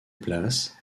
places